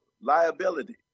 liability